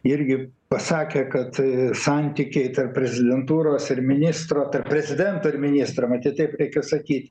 irgi pasakė kad santykiai tarp prezidentūros ir ministro prezidento ir ministro matyt taip reikia sakyt